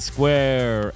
Square